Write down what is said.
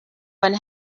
and